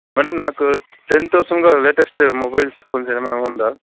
madam నాకు ten థౌసండ్లో latest mobiles కొంచం ఏమైనా ఉందా